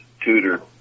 tutor